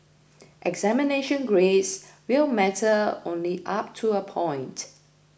examination grades will matter only up to a point